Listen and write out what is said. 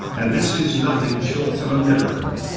and this is nothing short of a miracle.